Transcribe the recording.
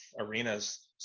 arenas